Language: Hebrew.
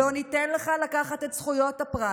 לא ניתן לך לקחת את זכויות הפרט.